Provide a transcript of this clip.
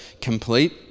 complete